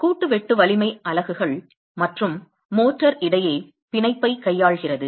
கூட்டு வெட்டு வலிமை அலகுகள் மற்றும் மோட்டார் இடையே பிணைப்பை கையாள்கிறது